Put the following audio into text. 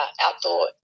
outdoor